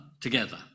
together